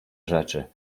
rzeczy